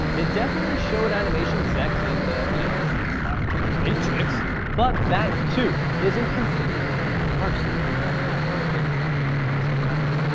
it definitely showed animation sex and you know. inspired the matrix, but that too isn't considered the first hentai film to hit in the us market.